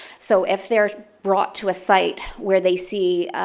so if they're brought to a site where they see